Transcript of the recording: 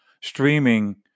Streaming